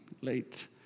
late